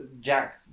Jack